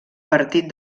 partit